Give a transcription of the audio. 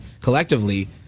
collectively